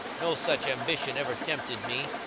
no such ambition ever tempted me,